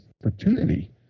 opportunity